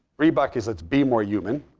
reebok is let's be more human.